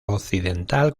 occidental